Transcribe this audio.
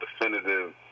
definitive